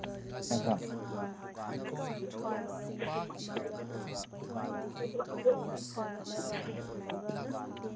ꯑ ꯑ